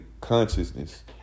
consciousness